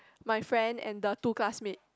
my friend and the two classmate